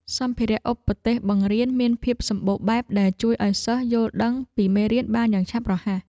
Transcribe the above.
សម្ភារៈឧបទេសបង្រៀនមានភាពសម្បូរបែបដែលជួយឱ្យសិស្សយល់ដឹងពីមេរៀនបានយ៉ាងឆាប់រហ័ស។